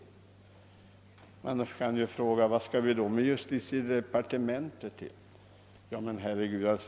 Man kan annars fråga sig varför vi skall ha ett justitiedepartement.